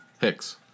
Hicks